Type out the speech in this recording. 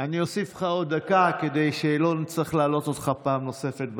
אני אוסיף לך עוד דקה כדי שלא נצטרך להעלות אותך פעם נוספת בסוף.